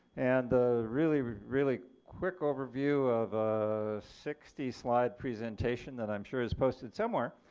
and the really really quick overview of a sixty slide presentation that i'm sure is posted somewhere,